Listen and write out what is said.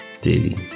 daily